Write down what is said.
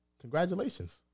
congratulations